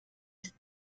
ist